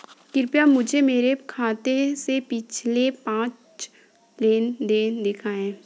कृपया मुझे मेरे खाते से पिछले पाँच लेन देन दिखाएं